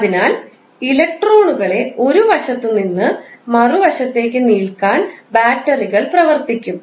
അതിനാൽ ഇലക്ട്രോണുകളെ ഒരു വശത്തുനിന്ന് മറുവശത്തേക്ക് നീക്കാൻ ബാറ്ററികൾ പ്രവർത്തിക്കും